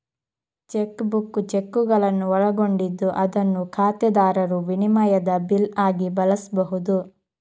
check book ಚೆಕ್ಕುಗಳನ್ನು ಒಳಗೊಂಡಿದ್ದು ಅದನ್ನು ಖಾತೆದಾರರು ವಿನಿಮಯದ ಬಿಲ್ ಆಗಿ ಬಳಸ್ಬಹುದು